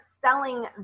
selling